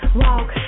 walk